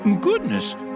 Goodness